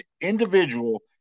individual